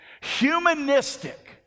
humanistic